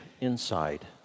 inside